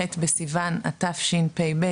ח' בסיוון התשפ"ב,